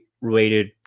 related